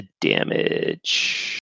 damage